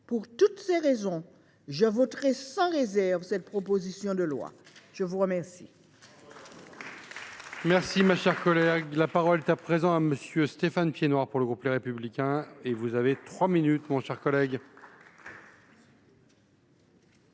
Pour toutes ces raisons, je voterai sans réserve cette proposition de loi. Bravo ! La parole